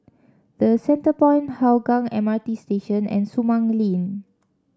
The Centrepoint Hougang M R T Station and Sumang Link